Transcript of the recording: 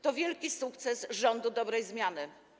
To wielki sukces rządu dobrej zmiany.